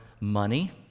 money